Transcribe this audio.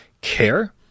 care